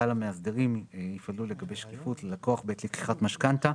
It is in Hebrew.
כלל המאסדרים יפעלו לגבש שקיפות ללקוח בעת לקיחת משכנתא,